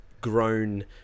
grown